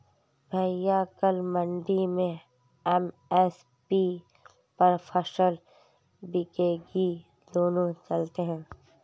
भैया कल मंडी में एम.एस.पी पर फसल बिकेगी दोनों चलते हैं